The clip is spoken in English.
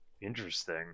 Interesting